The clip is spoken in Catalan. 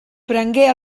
prengué